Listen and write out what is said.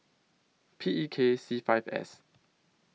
P E K C five S